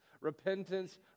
repentance